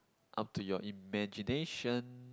up to your imagination